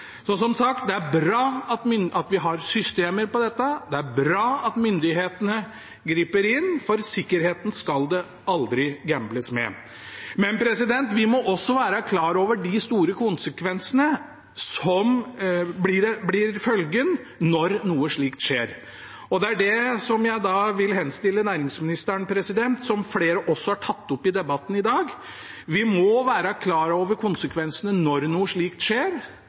Så, som sagt: Det er bra at vi har systemer for dette, det er bra at myndighetene griper inn, for sikkerheten skal det aldri gambles med. Men vi må også være klar over de store konsekvensene som blir følgene når noe slikt skjer. Og det er det jeg vil henstille om til næringsministeren, som flere også har tatt opp i debatten i dag: Vi må være klar over konsekvensene når noe slikt skjer.